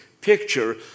picture